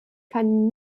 kann